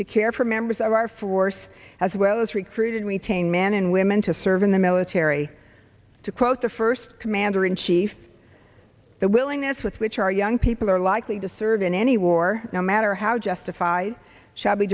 to care for members of our force as well as recruit and retain men and women to serve in the military to quote the first commander in chief the willingness with which our young people are likely to serve in any war no matter how justified sha